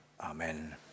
Amen